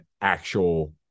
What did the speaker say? actual